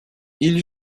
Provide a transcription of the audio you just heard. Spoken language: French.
ils